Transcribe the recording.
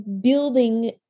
building